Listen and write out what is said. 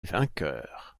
vainqueur